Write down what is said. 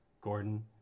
gordon